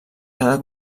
cada